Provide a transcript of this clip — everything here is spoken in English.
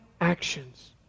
actions